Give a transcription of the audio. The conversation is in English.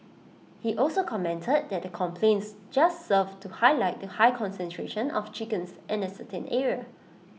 he also commented that the complaints just served to highlight the high concentration of chickens in A certain area